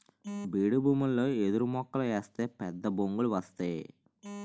బీడుభూములలో ఎదురుమొక్కలు ఏస్తే పెద్దబొంగులు వస్తేయ్